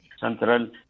central